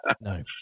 No